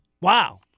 Wow